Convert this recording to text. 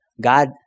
God